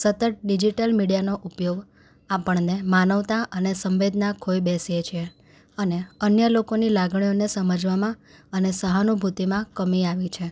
સતત ડિજિટલ મીડિયાનો ઉપયોગ આપણને માનવતા અને સંવેદના ખોઈ બેસીએ છીએ અને અન્ય લોકોની લાગણીઓને સમજવામાં અને સહાનુભૂતિમાં કમી આવી છે